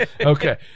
Okay